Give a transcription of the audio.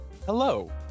Hello